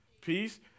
Peace